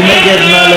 מי נגד?